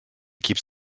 keeps